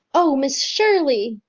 oh, miss shirley,